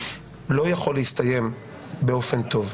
לא יכול להסתיים באופן טוב.